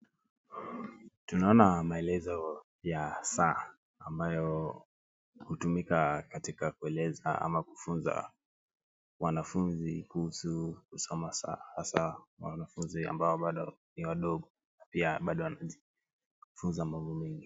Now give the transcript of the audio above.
Tunaona maelezo ya saa ambayo hutumika katika kueleza au kufunza wanafunzi kuhusu kusoma saa hasa wanafunzi ambao bado ni wadogo na pia bado wanajifunza mambo mengi.